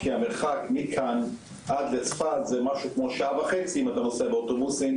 כי המרחק מכאן עד לצפת זה משהו כמו שעה וחצי אם אתה נוסע באוטובוסים,